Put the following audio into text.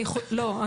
לא,